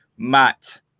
Matt